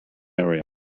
area